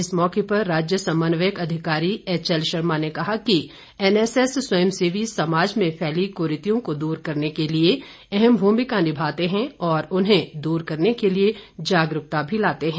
इस मौके पर राज्य समन्वयक अधिकारी एचएल शर्मा ने कहा कि एनएसएस स्वयंसेवी समाज में फैली कुरीतियों को दूर करने के लिए अहम भूमिका निभाते हैं और उन्हें दूर करने के लिए जागरुकता भी लाते हैं